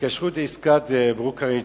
התקשרות לעסקת ברוקראז'